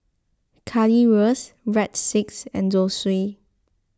Currywurst Breadsticks and Zosui